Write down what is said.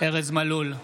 ארז מלול,